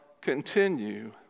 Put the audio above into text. continue